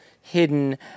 hidden